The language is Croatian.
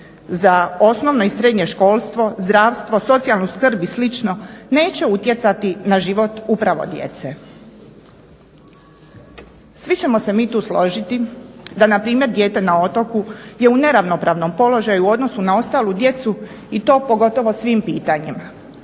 za osnovno i srednje školstvo, zdravstvo, socijalnu skrb i slično neće utjecati na život upravo djece? Svi ćemo se mi tu složiti da npr. dijete na otoku je u neravnopravnom položaju u odnosu na ostalu djecu i to pogotovo u svim pitanjima,